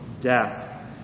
death